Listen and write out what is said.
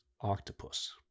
octopus